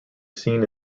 seen